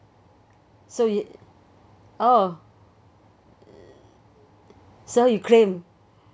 so you oh so you claimed